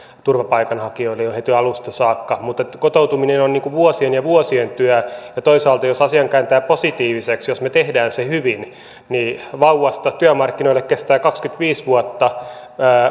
turvapaikanhakijoille jo heti alusta saakka kotoutuminen on on vuosien ja vuosien työ ja toisaalta jos asian kääntää positiiviseksi jos me teemme sen hyvin niin vauvasta työmarkkinoille kestää kaksikymmentäviisi vuotta